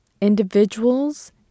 Individuals